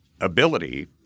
ability